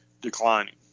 declining